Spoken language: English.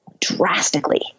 drastically